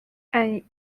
and